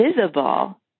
visible